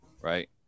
right